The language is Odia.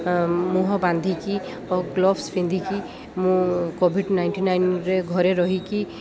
ମୁଁହ ବାନ୍ଧିକି ଓ ଗ୍ଲୋଭ୍ସ ପିନ୍ଧିକି ମୁଁ କୋଭିଡ଼୍ ନାଇଣ୍ଟି ନାଇନରେ ଘରେ ରହିକି